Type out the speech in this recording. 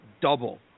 double